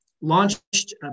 Launched